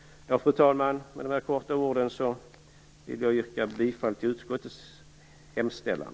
Med detta vill jag yrka bifall till utskottets hemställan.